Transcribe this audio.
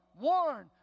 warn